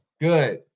Good